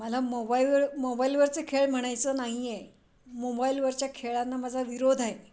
मला मोबाई मोबाईलवरचं खेळ म्हणायचं नाही आहे मोबाईलवरच्या खेळांना माझा विरोध आहे